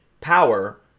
power